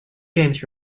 james